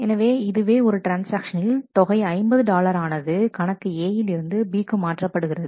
எனவே இதுவே ஒரு ட்ரான்ஸ்ஆக்ஷனில் தொகை 50 டாலர் ஆனது கணக்கில் A இருந்து B க்கு மாற்றப்படுகிறது